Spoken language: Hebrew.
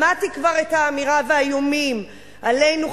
שמעתי כבר את האמירה והאיומים עלינו,